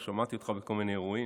או שמעתי אותך בכל מיני אירועים.